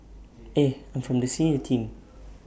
eh I'm from the senior team